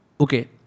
Okay